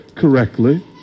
correctly